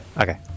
Okay